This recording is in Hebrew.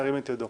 ירים את ידו.